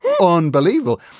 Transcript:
unbelievable